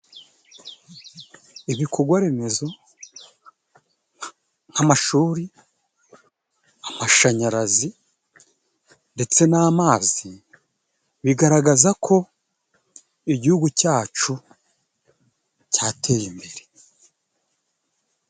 Ibikogwa remezo nk'amashuri ,amashanyarazi ,ndetse n'amazi, bigaragaza ko igihugu cyacu cyateye imbere.